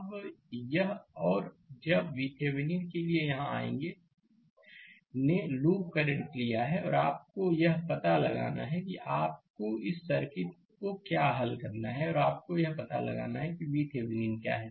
अब यह और जब VThevenin के लिए यहां आएंगे ने लूप करंट लिया है और आपको यह पता लगाना है कि आपको इस सर्किट को क्या हल करना है और आपको यह पता लगाना है कि VThevenin क्या है